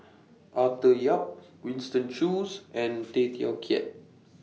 Arthur Yap Winston Choos and Tay Teow Kiat